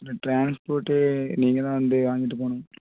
இல்லை ட்ரான்ஸ்ஃபோட்டு நீங்கள் தான் வந்து வாங்கிட்டு போகணும்